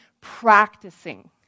practicing